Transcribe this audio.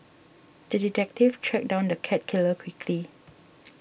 the detective tracked down the cat killer quickly